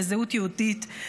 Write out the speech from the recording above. לזהות יהודית,